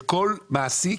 שכל מעסיק